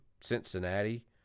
Cincinnati